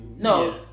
no